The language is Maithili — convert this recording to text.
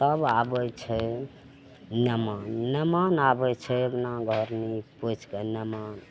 तब आबय छै नेमान नेमान आबय छै अङ्ना घर नीप पोछि कऽ नेमान